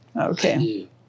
Okay